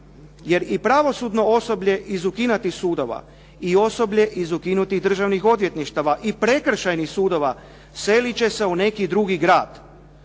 jer i pravosudno osoblje iz ukinutih sudova i osoblje iz ukinutih državnih odvjetništava i prekršajnih sudova selit će se u neki drugi grad